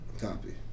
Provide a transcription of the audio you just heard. Copy